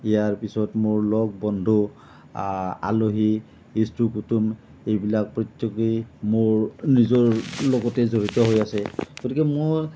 ইয়াৰ পিছত মোৰ লগ বন্ধু আলহী ইষ্ট কুটুম এইবিলাক প্ৰত্যেকেই মোৰ নিজৰ লগতে জড়িত হৈ আছে গতিকে মোৰ